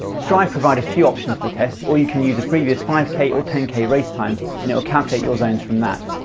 stryd provide a a few options for the test or you can use a previous five k or ten k race time and it will calculate your zones from that.